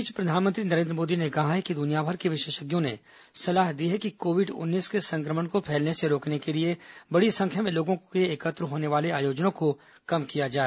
इस बीच प्रधानमंत्री नरेन्द्र मोदी ने कहा है कि दुनियाभर के विशेषज्ञों ने सलाह दी है कि कोविड उन्नीस के संक्रमण को फैलने से रोकने के लिए बड़ी संख्या में लोगों के एकत्र होने वाले आयोजनों को कम किया जाए